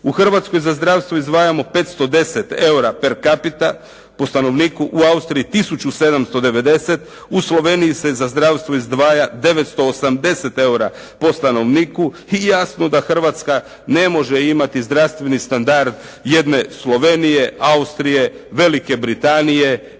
U Hrvatskoj za zdravstvo izdvajamo 510 eura per capita, po stanovniku, u Austriji 1790, u Sloveniji se za zdravstvo izdvaja 980 eura po stanovniku, i jasno da Hrvatska ne može imati zdravstveni standard jedne Slovenije, Austrije, Velike Britanije i tome